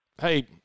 Hey